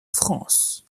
france